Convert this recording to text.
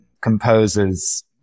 composers